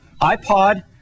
iPod